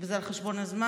אם זה על חשבון הזמן,